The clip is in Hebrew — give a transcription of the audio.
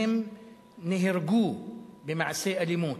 שבניהן נהרגו במעשי אלימות.